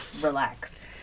relax